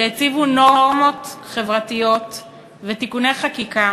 הן שהציבו נורמות חברתיות ותיקוני חקיקה